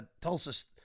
Tulsa